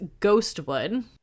Ghostwood